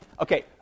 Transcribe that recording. Okay